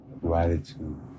gratitude